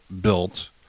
built